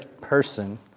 person